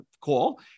call